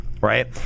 right